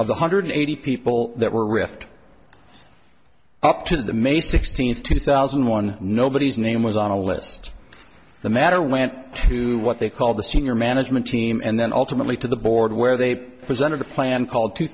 one hundred eighty people that were rift up to the may sixteenth two thousand and one nobody's name was on a list the matter went to what they called the senior management team and then ultimately to the board where they presented the plan called two